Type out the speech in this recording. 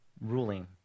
ruling